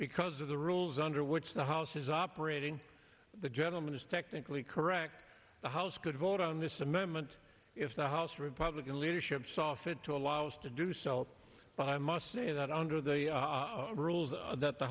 because of the rules under which the house is operating the gentleman is technically correct the house could vote on this amendment if the house republican leadership saw fit to allow us to do so but i must say that under the rules that the